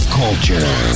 culture